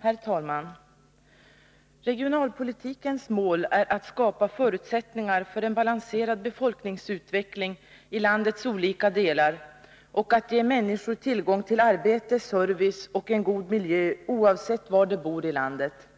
Herr talman! Regionalpolitikens mål är att skapa förutsättningar för en balanserad befolkningsutveckling i landets olika delar och att ge människor tillgång till arbete, service och en god miljö oavsett var de bor i landet.